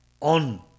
on